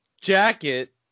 jacket